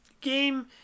game